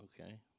okay